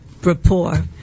rapport